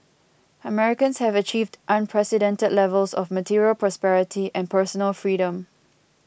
Americans have achieved unprecedented levels of material prosperity and personal freedom